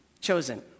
chosen